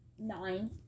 Nine